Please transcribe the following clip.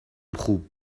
خوب